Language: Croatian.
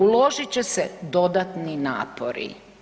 Uložit će se dodatni napori.